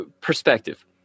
perspective